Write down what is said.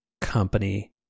company